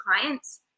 clients